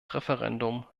referendum